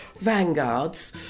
Vanguards